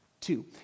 two